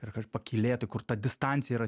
ir pakylėti kur ta distancija yra